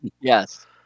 Yes